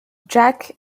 jacques